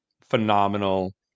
phenomenal